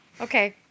Okay